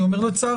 אני אומר לצערי.